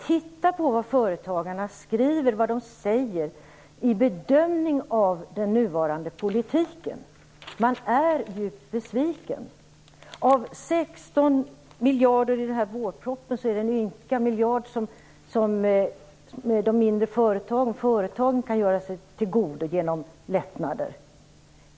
Titta på vad företagarna skriver och säger i bedömningen av den nuvarande politiken. De är ju besvikna. Av 16 miljarder i vårpropositionen är det en ynka miljard som de mindre företagen kan tillgodogöra sig med hjälp av lättnader.